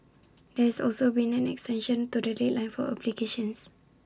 there has also been an extension to the deadline for applications